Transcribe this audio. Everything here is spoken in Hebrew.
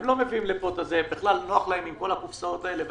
נוח להם עם כל הקופסאות האלה.